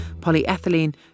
polyethylene